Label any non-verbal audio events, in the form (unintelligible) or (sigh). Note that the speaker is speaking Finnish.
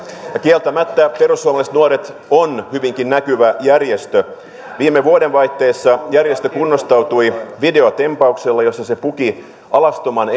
ja kieltämättä perussuomalaiset nuoret on hyvinkin näkyvä järjestö viime vuodenvaihteessa järjestö kunnostautui videotempauksella jossa se puki alastoman (unintelligible)